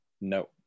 No